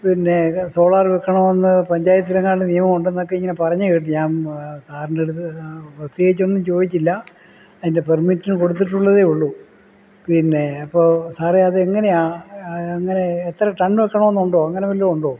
പിന്നെ സോളാർ വയ്ക്കണമെന്ന് പഞ്ചായത്തിലെങ്ങാണ്ട് നിയമം ഉണ്ടെന്നൊക്കെ ഇങ്ങനെ പറഞ്ഞ് കേട്ടു ഞാന് സാറിൻറെ അടുത്ത് പ്രത്യേകിച്ചൊന്നും ചോദിച്ചില്ല അതിന്റെ പെര്മിറ്റിന് കൊടുത്തിട്ടുള്ളതേ ഉള്ളൂ പിന്നെ അപ്പോൾ സാറേ അതെങ്ങനെയാണ് അങ്ങനെ എത്ര ടണ് വയ്ക്കണം എന്നുണ്ടോ അങ്ങനെ വല്ലതും ഉണ്ടോ